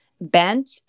bent